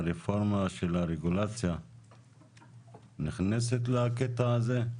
הרפורמה של הרגולציה נכנסת לקטע הזה?